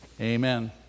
Amen